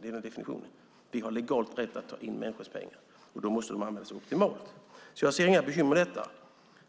Det är definitionen. Vi har legal rätt att ta in människors pengar. Då ska de användas optimalt. Jag ser inga bekymmer med detta.